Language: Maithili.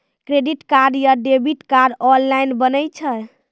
क्रेडिट कार्ड या डेबिट कार्ड ऑनलाइन बनै छै?